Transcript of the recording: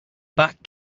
back